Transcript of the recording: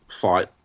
fight